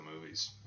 movies